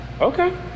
Okay